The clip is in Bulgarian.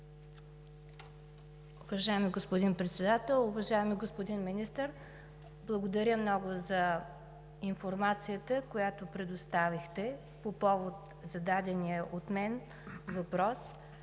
Уважаеми господин Председател! Уважаеми господин Министър, благодаря много за информацията, която предоставихте, по повод зададения от мен въпрос.